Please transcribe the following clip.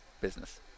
business